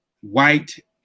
white